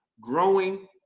growing